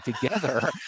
together